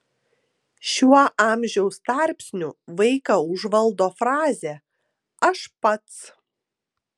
šiuo amžiaus tarpsniu vaiką užvaldo frazė aš pats